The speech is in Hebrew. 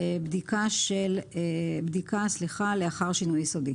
95.בדיקה לאחר שינוי יסודי